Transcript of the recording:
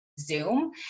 Zoom